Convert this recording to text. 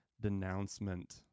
denouncement